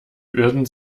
würden